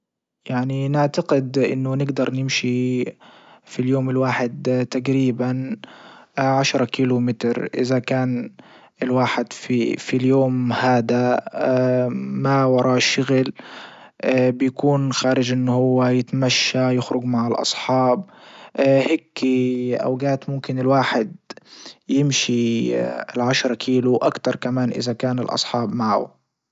يعني نعتقد انه نجدر نمشي في اليوم الواحد تجريبا عشرة كيلو متر اذا كان الواحد في في اليوم هادا ما وراه شغل بيكون خارج انه هو يتمشى يخرج مع الاصحاب هيكي اوجات ممكن الواحد يمشي العشرة كيلو واكتر كمان اذا كان الاصحاب معه.